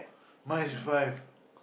my is five